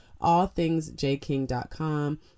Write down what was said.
allthingsjking.com